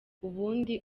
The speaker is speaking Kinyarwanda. ubundi